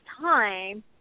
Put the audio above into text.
time